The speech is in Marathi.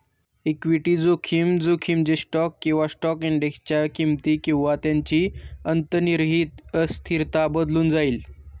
इक्विटी जोखीम, जोखीम जे स्टॉक किंवा स्टॉक इंडेक्सच्या किमती किंवा त्यांची अंतर्निहित अस्थिरता बदलून जाईल